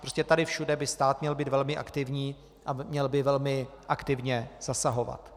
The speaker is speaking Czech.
Prostě tady všude by stát měl být velmi aktivní a měl by velmi aktivně zasahovat.